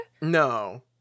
No